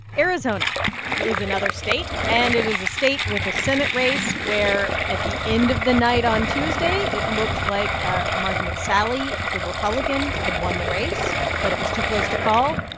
arizona is another state, and it is a state with a senate race where at the end of the night on tuesday, it looked like ah martha mcsally, the republican, had won the race. but it was too close to call.